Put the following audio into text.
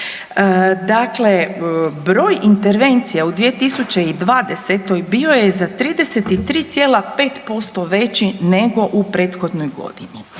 Dakle, broj intervencija u 2020.-toj bio je za 33,5% veći nego u prethodnoj godini.